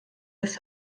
des